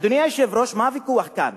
אדוני היושב-ראש, מה הוויכוח כאן?